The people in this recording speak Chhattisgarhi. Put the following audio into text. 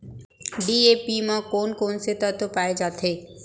डी.ए.पी म कोन कोन से तत्व पाए जाथे?